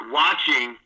watching